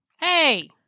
hey